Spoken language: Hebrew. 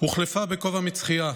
הוחלפה בכובע מצחייה,